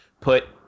put